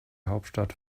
hauptstadt